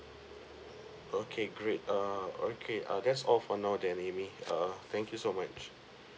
okay great err okay err that's all for now then amy err thank you so much